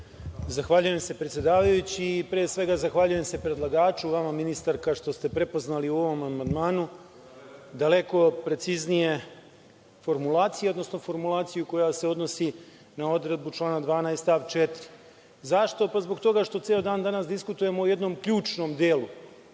Zahvaljujem se, predsedavajući. Pre svega, zahvaljujem se predlagaču, vama ministarka što ste prepoznali u ovom amandmanu daleko preciznije formulacije, odnosno formulaciju koja se odnosi na odredbu člana 12. stav 4. Zašto? Zbog toga što ceo dan danas diskutujemo o jednom ključnom delu